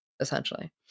essentially